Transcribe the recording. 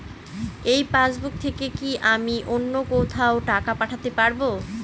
এই পাসবুক থেকে কি আমি অন্য কোথাও টাকা পাঠাতে পারব?